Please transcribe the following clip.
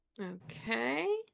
Okay